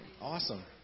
awesome